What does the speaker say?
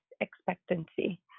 expectancy